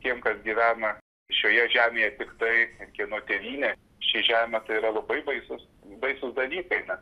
tiem kas gyvena šioje žemėje tiktai kieno tėvynė šią žemę tai yra labai baisūs baisūs dalykai nes